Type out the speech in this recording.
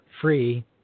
free